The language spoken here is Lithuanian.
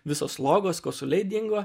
visos slogos kosuliai dingo